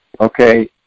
Okay